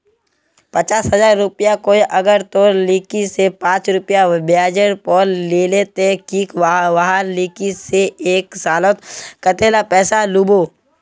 पचास हजार रुपया कोई अगर तोर लिकी से पाँच रुपया ब्याजेर पोर लीले ते ती वहार लिकी से एक सालोत कतेला पैसा लुबो?